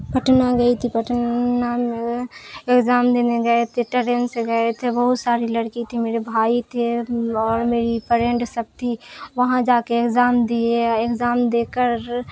پٹنہ گئی تھی پٹنہ میں ایگزام دینے گئے تھے ٹرین سے گئے تھے بہت ساری لڑکی تھی میرے بھائی تھے اور میری فرینڈ سب تھی وہاں جا کے ایگزام دیے ایگزام دے کر